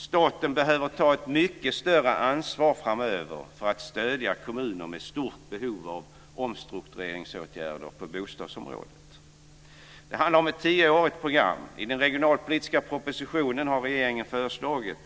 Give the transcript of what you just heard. Staten behöver framöver ta ett mycket större ansvar för att stödja kommuner med stort behov av omstruktureringsåtgärder på bostadsområdet. Det handlar om ett tioårigt program. I den regionalpolitiska propositionen har regeringen föreslagit